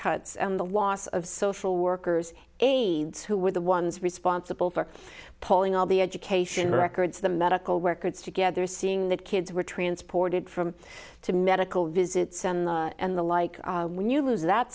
cuts and the loss of social workers aides who were the ones responsible for pulling all the education records the medical records together seeing that kids were transported from to medical visits and the like when you lose that